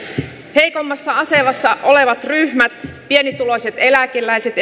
heikoimmassa asemassa olevat ryhmät esimerkiksi pienituloiset eläkeläiset